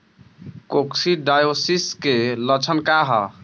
Coccidiosis के लक्षण का ह?